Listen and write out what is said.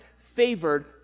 favored